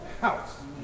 house